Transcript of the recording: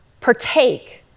partake